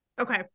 Okay